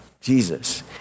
Jesus